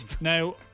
Now